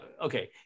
okay